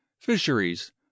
fisheries